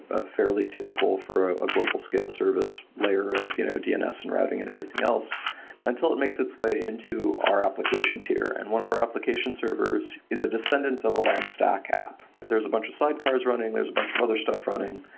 a fairly typical through a global scale service layer of you know dns and routing and everything else until it makes its way into our application tier. and one of our application server is is a descendent of a lamp stack app. there's a bunch of sidecar is running. there's a bunch of other stuff running,